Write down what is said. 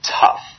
tough